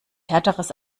härteres